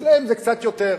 אצלם זה קצת יותר.